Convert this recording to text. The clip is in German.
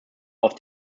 auf